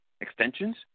extensions